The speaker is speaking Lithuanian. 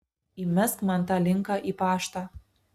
įmesk man tą linką į paštą